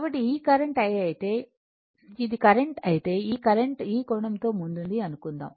కాబట్టి ఈ current I అయితే ఇది కరెంట్ అయితే ఈ కరెంట్ ఈ కోణంతో ముందుంది అనుకుందాం